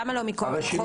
למה לא מכוח החוק?